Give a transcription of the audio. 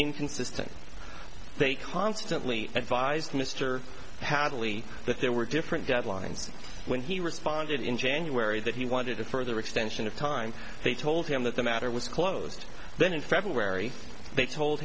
inconsistent they constantly advised mr hadley that there were different deadlines when he responded in january that he wanted a further extension of time they told him that the matter was closed then in february they told